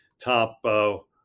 top